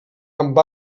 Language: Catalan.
amb